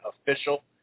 official